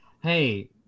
hey